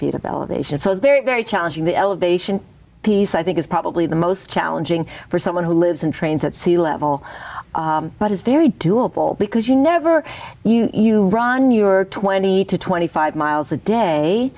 feet of elevation so it's very very challenging the elevation piece i think is probably the most challenging for someone who lives and trains at sea level but it's very doable because you never you you run you are twenty to twenty five miles a day